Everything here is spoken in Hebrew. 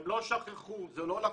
הם לא שכחו, זו לא לקונה.